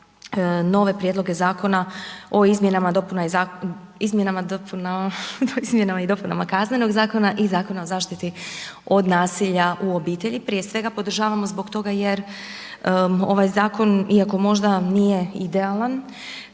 nove prijedloge Zakona o izmjenama i dopunama Kaznenog zakona i Zakona o zaštiti od nasilja u obitelji, prije svega podržavamo zbog toga jer ovaj zakon iako možda nije idealan